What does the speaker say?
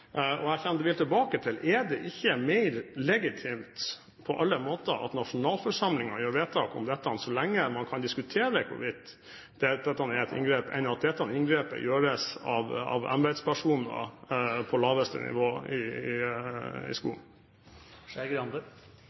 hijab. Jeg vil tilbake til: Er det ikke mer legitimt på alle måter at nasjonalforsamlingen gjør vedtak om dette, så lenge man kan diskutere hvorvidt dette er et inngrep, enn at dette inngrepet gjøres av embetspersoner på laveste nivå i skolen?